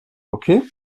okay